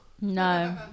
No